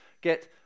get